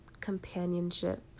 companionship